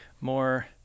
more